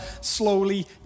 slowly